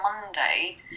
monday